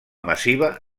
massiva